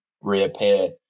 reappear